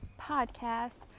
podcast